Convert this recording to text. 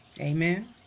Amen